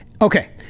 Okay